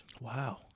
Wow